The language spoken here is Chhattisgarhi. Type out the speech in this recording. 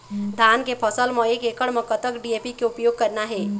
धान के फसल म एक एकड़ म कतक डी.ए.पी के उपयोग करना हे?